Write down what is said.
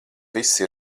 visi